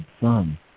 Son